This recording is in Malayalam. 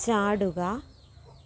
ചാടുക